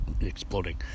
exploding